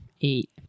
Eight